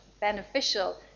beneficial